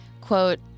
quote